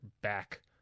back